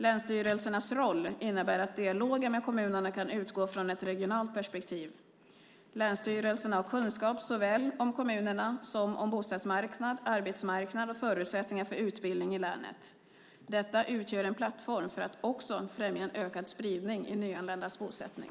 Länsstyrelsernas roll innebär att dialogen med kommunerna kan utgå från ett regionalt perspektiv. Länsstyrelserna har kunskap såväl om kommunerna som om bostadsmarknad, arbetsmarknad och förutsättningar för utbildning i länet. Detta utgör en plattform för att också främja en ökad spridning i nyanländas bosättning.